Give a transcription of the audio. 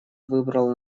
выбрал